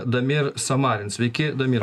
damir samarin sveiki damir